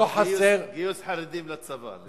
לא חסר, גיוס חרדים לצבא.